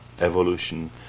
evolution